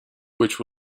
which